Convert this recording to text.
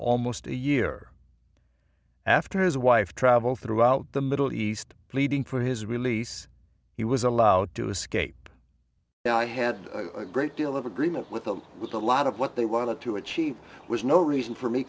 almost a year after his wife travel throughout the middle east pleading for his release he was allowed to escape now i had a great deal of agreement with them with a lot of what they wanted to achieve was no reason for me